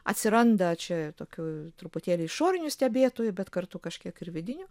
atsiranda čia tokių truputėlį išorinių stebėtojų bet kartu kažkiek ir vidinių